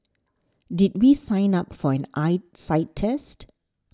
did we sign up for an eyesight test